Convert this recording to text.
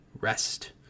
rest